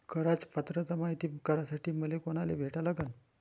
कराच पात्रता मायती करासाठी मले कोनाले भेटा लागन?